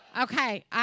Okay